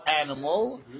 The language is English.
animal